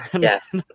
yes